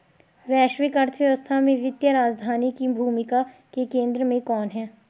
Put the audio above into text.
वैश्विक अर्थव्यवस्था में वित्तीय राजधानी की भूमिका के केंद्र में कौन है?